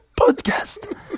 podcast